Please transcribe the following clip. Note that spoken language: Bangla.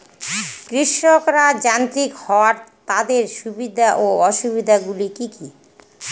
কৃষকরা যান্ত্রিক হওয়ার তাদের সুবিধা ও অসুবিধা গুলি কি কি?